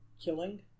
Killing